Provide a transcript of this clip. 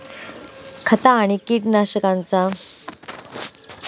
खता आणि कीटकनाशकांसारख्या कृत्रिम रसायनांचो वापर न करता सेंद्रिय अन्नघटक पिकवले जातत